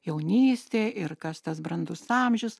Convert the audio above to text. jaunystė ir kas tas brandus amžius